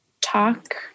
talk